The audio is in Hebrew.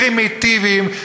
"פרימיטיביים",